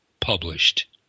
published